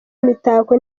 imitako